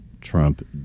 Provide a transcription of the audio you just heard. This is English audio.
Trump